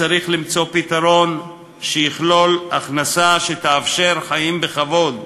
צריך למצוא פתרון שיכלול הכנסה שתאפשר חיים בכבוד,